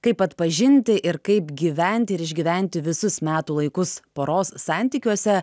kaip atpažinti ir kaip gyventi ir išgyventi visus metų laikus poros santykiuose